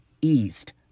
eased